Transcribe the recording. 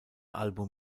album